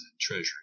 Treasury